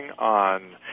on